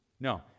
No